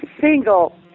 single